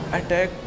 attack